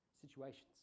situations